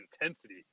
intensity